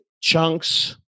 chunks